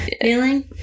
feeling